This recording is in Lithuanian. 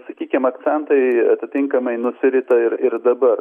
sakykim akcentai atitinkamai nusirita ir ir dabar